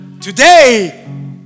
Today